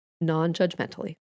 non-judgmentally